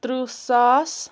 ترٕٛہ ساس